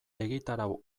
egitarau